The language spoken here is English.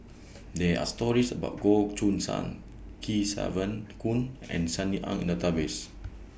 There Are stories about Goh Choo San Kesavan Goon and Sunny Ang The Database